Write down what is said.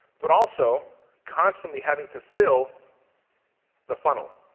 but also constantly having to fill the funnel,